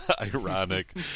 Ironic